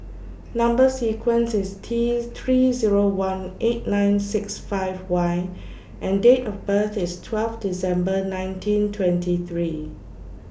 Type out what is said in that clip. Number sequence IS T three Zero one eight nine six five Y and Date of birth IS twelve December nineteen twenty three